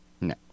No